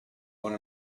one